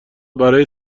برای